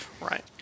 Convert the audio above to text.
Right